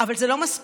אבל זה לא מספיק,